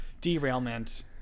Derailment